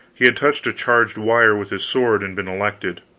he had touched a charged wire with his sword and been electrocuted.